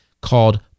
called